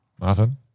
Martin